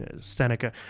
seneca